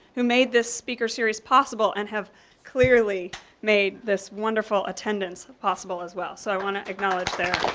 who made this speaker series possible and have clearly made this wonderful attendance possible as well. so i wanna acknowledge their